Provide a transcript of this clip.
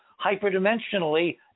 hyperdimensionally